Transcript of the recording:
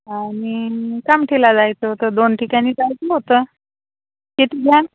आणि कामठीला जायचं होतं दोन ठिकाणी जायचं होतं किती घ्यान